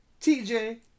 TJ